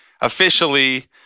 officially